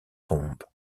tombe